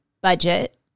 budget